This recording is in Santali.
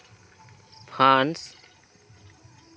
ᱯᱷᱟᱱᱥ